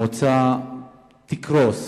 המועצה תקרוס.